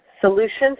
Solutions